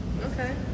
Okay